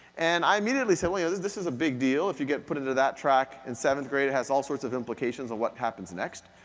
and i immediately said well yeah, this is a big deal, if you get put into that track in seventh grade, it has all sorts of implications of what happens next.